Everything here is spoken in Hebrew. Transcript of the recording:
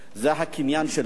זה הקניין שלו,